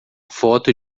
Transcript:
foto